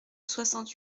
soixante